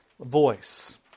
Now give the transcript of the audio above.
voice